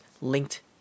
linked